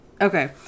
okay